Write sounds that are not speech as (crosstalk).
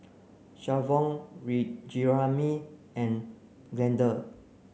Shavon (unintelligible) Jeramy and Glenda